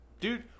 Dude